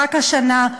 רק השנה,